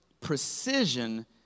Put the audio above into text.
precision